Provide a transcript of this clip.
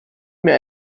mir